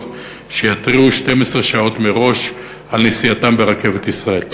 שיתריעו 12 שעות מראש על נסיעתם ברכבת ישראל.